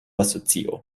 asocio